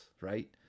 right